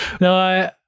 No